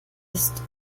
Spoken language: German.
ist